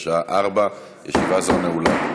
בשעה 16:00. ישיבה זו נעולה.